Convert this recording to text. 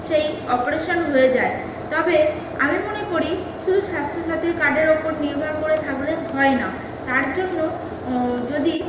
সেই অপরেশান হয়ে যায় তবে আমি মনে করি শুধু স্বাস্থ্যসাথীর কার্ডের ওপর নির্ভর করে থাকলে হয় না তার জন্য যদি